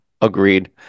agreed